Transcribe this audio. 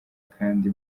kandi